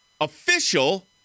official